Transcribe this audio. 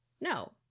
no